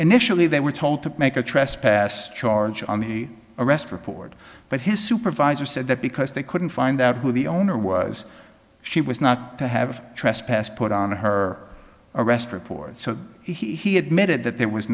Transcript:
initially they were told to make a trespass charge on the arrest record but his supervisor said that because they couldn't find out who the owner was she was not to have trespassed put on her arrest report so he admitted that there was